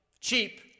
Cheap